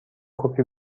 کپی